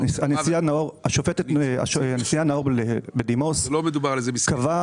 הנשיאה בדימוס נאור קבעה,